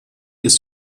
ist